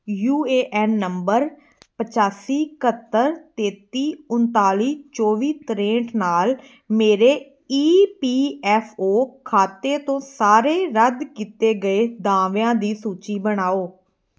you A N ਨੰਬਰ ਪਚਾਸੀ ਇਕਹੱਤਰ ਤੇਤੀ ਉਨਤਾਲੀ ਚੌਵੀ ਤ੍ਰੇਹਠ ਨਾਲ ਮੇਰੇ ਈ ਪੀ ਐਫ ਓ ਖਾਤੇ ਤੋਂ ਸਾਰੇ ਰੱਦ ਕੀਤੇ ਗਏ ਦਾਅਵਿਆਂ ਦੀ ਸੂਚੀ ਬਣਾਓ